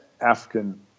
african